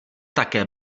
také